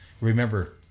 Remember